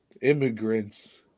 immigrants